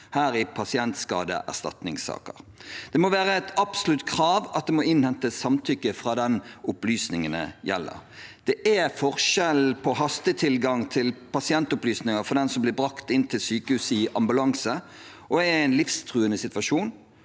her i pasientskadeerstatningssaker. Det må være et absolutt krav at det skal innhentes samtykke fra den opplysningene gjelder. Det er forskjell på hastetilgang til pasientopplysninger for den som blir brakt inn til sykehuset i ambulanse og er i en livstruende situasjon,